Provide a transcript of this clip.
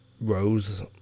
Rose